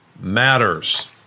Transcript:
matters